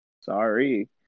sorry